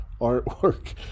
artwork